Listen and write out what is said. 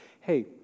hey